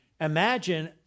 Imagine